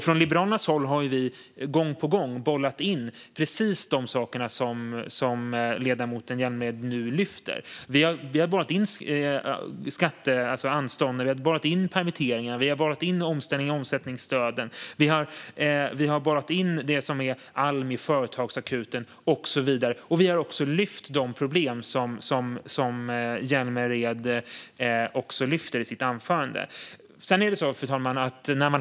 Från Liberalernas håll har vi gång på gång bollat in precis de saker som ledamoten Hjälmered nu lyfter fram. Vi har bollat in anstånd med skatter, permitteringar och omställnings och omsättningsstöden. Vi har bollat in Almi och Företagsakuten, och vi har också lyft de problem som Hjälmered tar upp i sitt anförande. Fru talman!